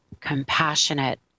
compassionate